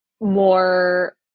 more